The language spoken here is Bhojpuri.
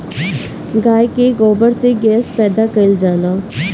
गाय के गोबर से गैस पैदा कइल जाला